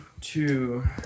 two